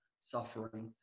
suffering